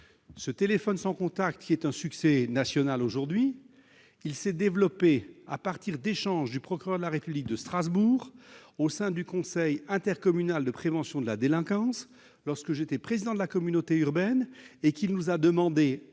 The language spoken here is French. téléphone sans contact, qui est aujourd'hui un succès national. Or ce dispositif s'est développé à partir d'échanges avec le procureur de la République de Strasbourg au sein du conseil intercommunal de prévention de la délinquance, lorsque j'étais président de la communauté urbaine. Le procureur demandait